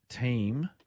team